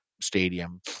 stadium